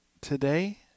today